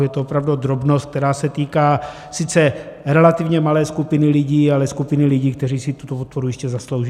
Je to opravdu drobnost, která se týká sice relativně malé skupiny lidí, ale skupiny lidí, kteří si tuto podporu jistě zaslouží.